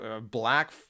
black